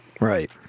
Right